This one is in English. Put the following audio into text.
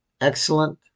Excellent